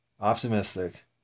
optimistic